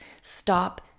Stop